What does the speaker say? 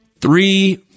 three